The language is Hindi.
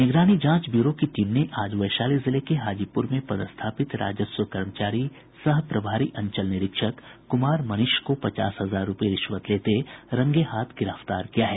निगरानी जांच ब्यूरो की टीम ने आज वैशाली जिले के हाजीपुर में पदस्थापित राजस्व कर्मचारी सह प्रभारी अंचल निरीक्षक कुमार मनीष को पचास हजार रूपये रिश्वत लेते रंगे हाथ गिरफ्तार किया है